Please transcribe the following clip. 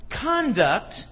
conduct